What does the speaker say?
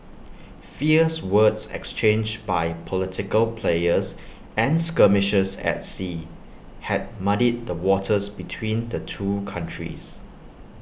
fierce words exchanged by political players and skirmishes at sea had muddied the waters between the two countries